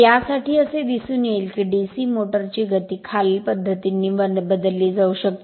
यासाठी असे दिसून येईल की DC मोटर ची गती खालील पद्धतींनी बदलली जाऊ शकते